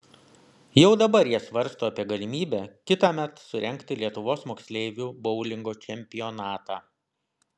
jau dabar jie svarsto apie galimybę kitąmet surengti lietuvos moksleivių boulingo čempionatą